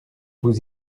vous